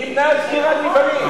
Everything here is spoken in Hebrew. נמנע סגירת מפעלים.